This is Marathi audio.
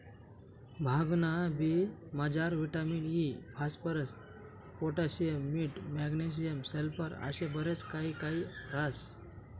भांगना बी मजार विटामिन इ, फास्फरस, पोटॅशियम, मीठ, मॅग्नेशियम, सल्फर आशे बरच काही काही ह्रास